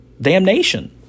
damnation